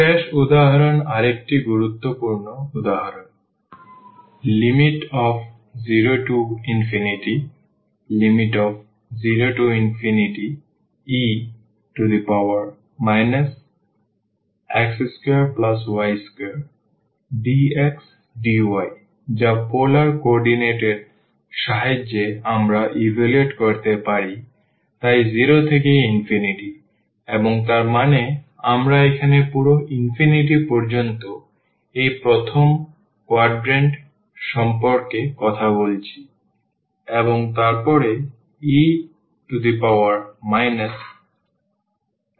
শেষ উদাহরণ আরেকটি গুরুত্বপূর্ণ উদাহরণ 00e x2y2dxdy যা পোলার কোঅর্ডিনেট এর সাহায্যে আমরা ইভালুয়েট করতে পারি তাই 0 থেকে এবং তার মানে আমরা এখানে পুরো পর্যন্ত এই প্রথম quadrant সম্পর্কে কথা বলছি এবং তারপরে e x2y2dxdy